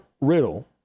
riddle